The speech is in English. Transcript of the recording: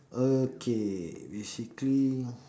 okay basically